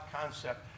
concept